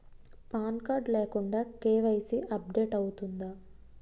Pan card లేకుండా KYC update అవుతుందా?